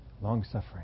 long-suffering